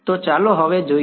તો ચાલો હવે જોઈએ